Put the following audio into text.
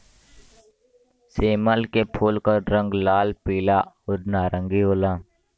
सेमल के फूल क रंग लाल, पीला आउर नारंगी होला